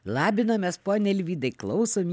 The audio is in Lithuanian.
labinamės pone alvydai klausom